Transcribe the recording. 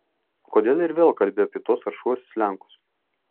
kodėl ir vėl kalbi apie tuos aršiuosius lenkus